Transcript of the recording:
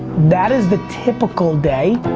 that is the typical day,